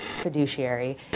Fiduciary